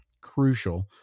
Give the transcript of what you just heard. crucial